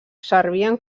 servien